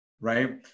right